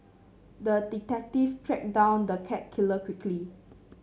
the detective tracked down the cat killer quickly